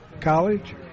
College